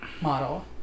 model